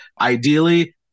Ideally